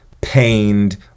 pained